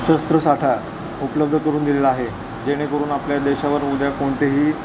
शस्त्रसाठा उपलब्ध करून दिलेला आहे जेणेकरून आपल्या देशावर उद्या कोणतेही